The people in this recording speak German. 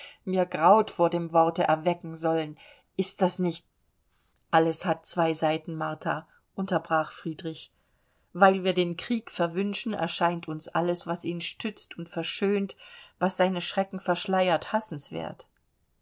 mir graut vor dem worte erwecken sollen ist das nicht alles hat zwei seiten martha unterbrach friedrich weil wir den krieg verwünschen erscheint uns alles was ihn stützt und verschönt was seine schrecken verschleiert hassenswert